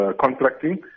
contracting